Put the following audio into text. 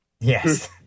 Yes